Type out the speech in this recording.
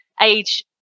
age